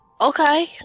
Okay